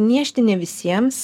niežti ne visiems